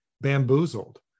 bamboozled